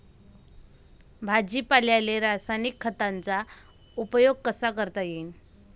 भाजीपाल्याले रासायनिक खतांचा उपयोग कसा करता येईन?